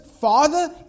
Father